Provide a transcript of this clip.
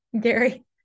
Gary